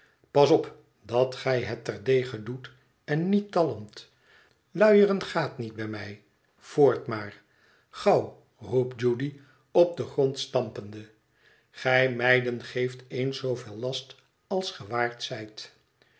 pas op dat gij het terdege doet en niet talmt luieren gaat niet bij mij voort maar gauw roept judy op den grond stampende gij meiden geeft eens zooveel last als ge